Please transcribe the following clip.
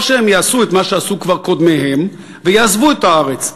או שהם יעשו את מה שכבר עשו קודמיהם ויעזבו את הארץ.